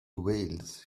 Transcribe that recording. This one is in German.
wales